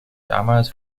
damals